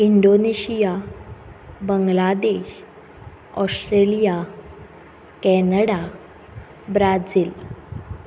Indonesia Bangladesh Australia Canada Brazil